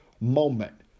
moment